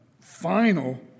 final